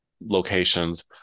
locations